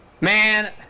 Man